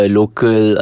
local